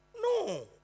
No